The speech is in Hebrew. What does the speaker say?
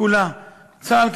צה"ל,